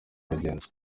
urugero